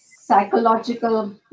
psychological